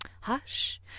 Hush